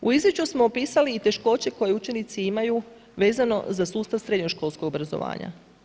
U izvješću smo opisali i teškoće koje učenici imaju vezano za sustav srednjoškolskog obrazovanja.